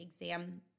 exam